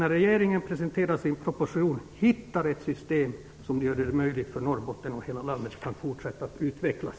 När regeringen presenterar sin proposition måste man ha hittat ett system som gör det möjligt för Norrbotten och hela landet att fortsätta att utvecklas.